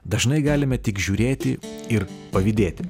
dažnai galime tik žiūrėti ir pavydėti